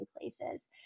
places